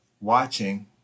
watching